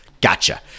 Gotcha